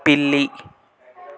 పిల్లి